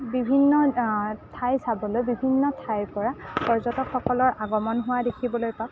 বিভিন্ন ঠাই চাবলৈ বিভিন্ন ঠাইৰপৰা পৰ্যটকসকলৰ আগমণ হোৱা দেখিবলৈ পাওঁ